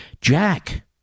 Jack